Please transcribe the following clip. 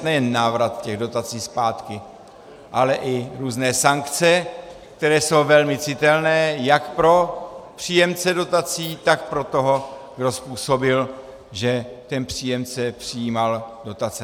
Nejen návrat těch dotací zpátky, ale i různé sankce, které jsou velmi citelné jak pro příjemce dotací, tak pro toho, kdo způsobil, že ten příjemce přijímal dotace neoprávněně.